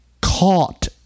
Caught